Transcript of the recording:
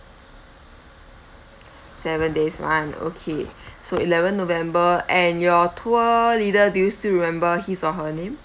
seven days one okay so eleven november and your tour leader do you still remember his or her name